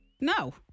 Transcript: no